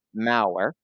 malware